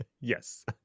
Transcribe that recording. Yes